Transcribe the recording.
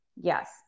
Yes